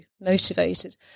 motivated